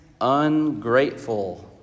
ungrateful